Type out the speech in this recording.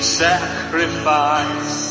sacrifice